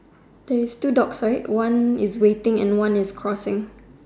there is two dogs right one is waiting and one is crossing